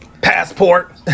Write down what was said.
passport